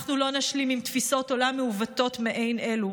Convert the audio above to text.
אנחנו לא נשלים עם תפיסות עולם מעוותות מעין אלו.